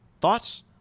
Thoughts